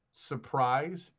surprise